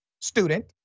student